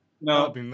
no